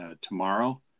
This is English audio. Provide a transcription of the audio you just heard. tomorrow